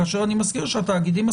כאשר אני מזכיר שהתאגידים הסטטוטוריים,